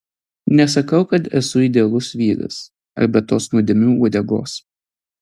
nesakau kad esu idealus vyras ar be tos nuodėmių uodegos